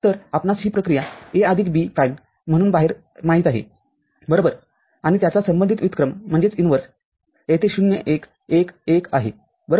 तर आपणास ही प्रक्रिया A आदिक B प्राइम म्हणून माहित आहे बरोबरआणि त्याचा संबंधित व्युत्क्रम येथे ० १ १ १ आहे बरोबर